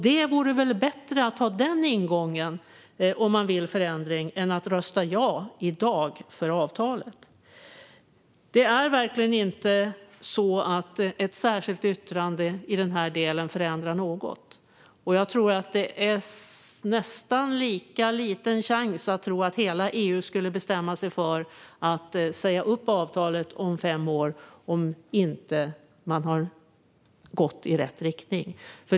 Det vore väl bättre att ha denna ingång om man vill förändra än att rösta ja i dag till avtalet? Det är verkligen inte så att ett särskilt yttrande i denna del förändrar något. Jag tror att det är nästan lika liten chans att tro att hela EU skulle bestämma sig för att säga upp avtalet om fem år om Kuba inte har gått i rätt riktning.